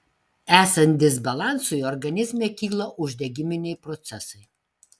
esant disbalansui organizme kyla uždegiminiai procesai